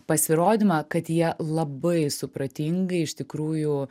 pasirodymą kad jie labai supratingai iš tikrųjų